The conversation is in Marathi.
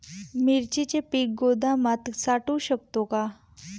मिरचीचे पीक गोदामात साठवू शकतो का?